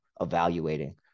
evaluating